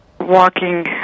walking